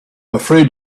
afraid